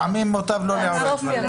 לפעמים מוטב לא לעורר דברים.